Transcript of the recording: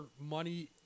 money